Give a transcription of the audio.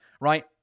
right